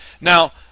Now